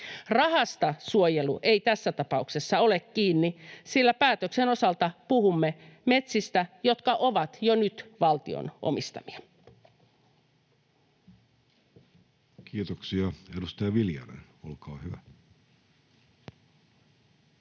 Rahasta suojelu ei tässä tapauksessa ole kiinni, sillä päätöksen osalta puhumme metsistä, jotka ovat jo nyt valtion omistamia. Kiitoksia. — Edustaja Viljanen, olkaa hyvä.